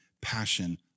Passion